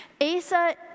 Asa